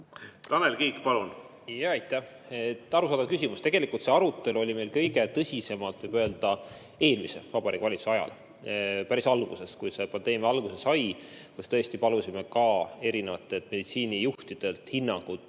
Tanel Kiik, palun! Aitäh! Arusaadav küsimus. Tegelikult see arutelu oli meil kõige tõsisemalt, võib öelda, eelmise valitsuse ajal päris alguses, kui see pandeemia alguse sai. Siis me tõesti palusime erinevatelt meditsiinijuhtidelt hinnangut,